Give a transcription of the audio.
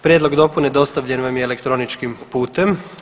Prijedlog dopune dostavljen vam je elektroničkim putem.